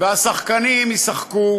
והשחקנים ישחקו